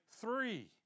three